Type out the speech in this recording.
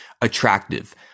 attractive